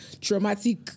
traumatic